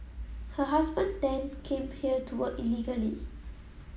her husband then came here to work illegally